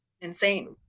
insane